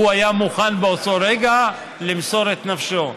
הוא היה מוכן באותו רגע למסור את נפשו.